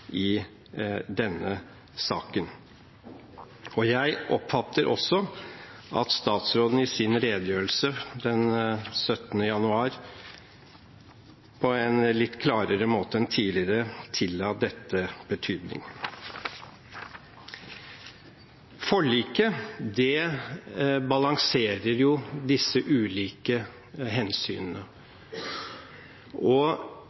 i denne saken. Jeg oppfatter også at statsråden i sin redegjørelse den 17. januar, på en litt klarere måte enn tidligere, tilla dette betydning. Forliket balanserer disse ulike hensynene.